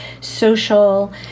social